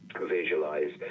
visualize